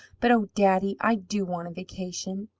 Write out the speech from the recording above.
but, oh, daddy, i do want a vacation!